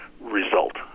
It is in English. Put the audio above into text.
result